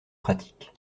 pratique